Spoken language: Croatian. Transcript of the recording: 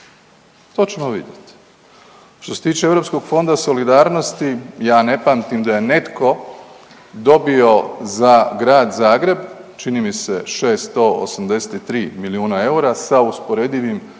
to ćemo vidjet. Što se tiče Europskog fonda solidarnosti ja ne pamtim da je netko dobio za Grad Zagreb, čini mi se 683 milijuna eura sa usporedivim